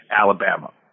Alabama